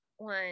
one